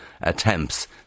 attempts